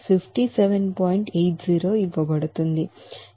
80 ఇవ్వబడుతుంది